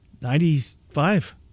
Ninety-five